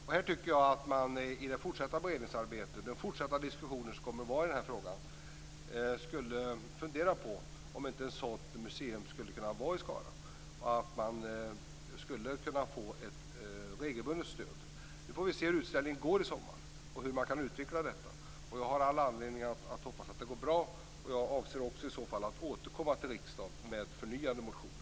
Jag tycker att man i det fortsatta beredningsarbetet och de fortsatta diskussioner som kommer att föras i denna fråga borde fundera på om man inte skulle kunna ha ett sådant museum i Skara, och om det inte skulle kunna få ett regelbundet stöd. Vi får se hur det går för utställningen i sommar och hur man kan utveckla det hela. Jag har all anledning att hoppas att det går bra, och jag avser i så fall att återkomma till riksdagen med förnyade motioner.